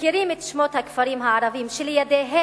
מכירים את שמות הכפרים הערביים שלידם